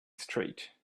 straight